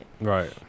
Right